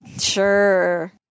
sure